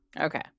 Okay